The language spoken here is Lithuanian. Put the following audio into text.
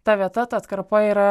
ta vieta ta atkarpa yra